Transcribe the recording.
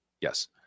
Yes